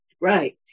Right